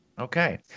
Okay